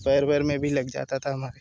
पैर वैर में भी लग जाता हमारे